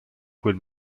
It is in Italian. quel